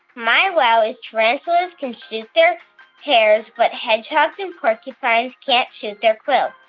my wow is tarantulas can shoot their hairs, but hedgehogs and porcupines can't shoot their quills.